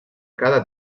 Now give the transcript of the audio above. cada